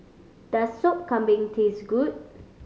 does Sup Kambing taste good